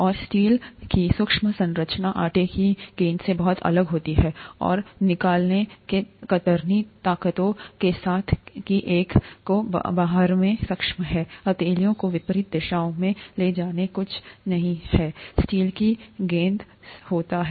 और स्टील की सूक्ष्म संरचना आटे की गेंद से बहुत अलग होती है औरनिकालने कतरनी ताकतों के साथ कि एक को बाहरमें सक्षम है हथेलियों को विपरीत दिशाओं में ले जानेकुछ नहीं से स्टील की गेंद सेहोता है